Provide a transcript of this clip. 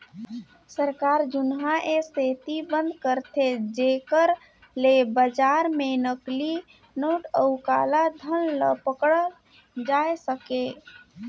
सरकार जुनहा ए सेती बंद करथे जेकर ले बजार में नकली नोट अउ काला धन ल पकड़ल जाए सके